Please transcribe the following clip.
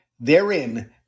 therein